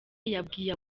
yabwiye